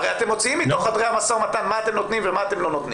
הרי אתם מוציאים מתוך חדרי המשא ומתן מה אתם נותנים ומה אתם לא נותנים,